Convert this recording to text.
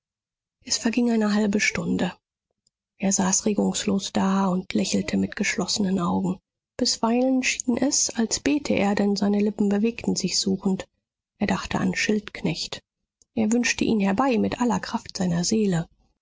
es verging eine halbe stunde er saß regungslos da und lächelte mit geschlossenen augen bisweilen schien es als bete er denn seine lippen bewegten sich suchend er dachte an schildknecht er wünschte ihn herbei mit aller kraft seiner seele